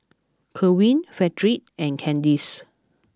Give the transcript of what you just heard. Kerwin Fredrick and Candis